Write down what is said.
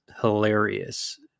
hilarious